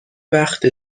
وقت